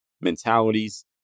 mentalities